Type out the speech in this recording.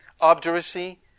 obduracy